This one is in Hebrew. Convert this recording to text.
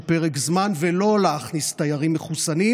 פרק זמן ולא להכניס תיירים מחוסנים,